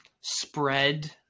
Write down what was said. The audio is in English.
spread